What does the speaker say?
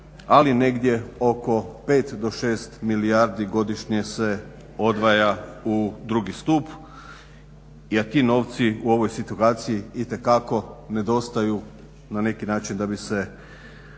ali negdje oko 5 do 6 milijardi godišnje se odvaja u drugi stup jer ti novci u ovoj situaciji itekako nedostaju na neki način da bi se